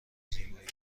زیبایی